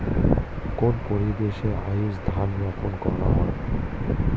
কোন পরিবেশে আউশ ধান রোপন করা হয়?